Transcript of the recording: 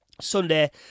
Sunday